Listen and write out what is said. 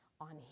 on